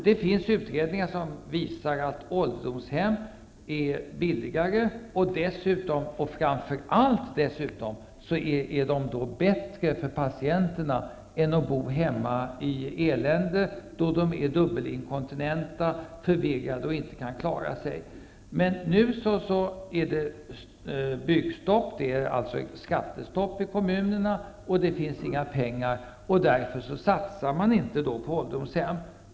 Det finns utredningar som visar att det är billigare för kommunen och dessutom bättre för patienterna att dessa bor på ålderdomshem än att låt dem bo hemma elände då de är dubbelinkontinenta, förvirrade och inte kan klara sig. Men nu är det byggstopp, dvs. skattestopp i kommunerna. Det finns inga pengar, och därför satsar man inte på ålderdomshem.